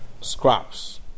scraps